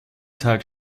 tag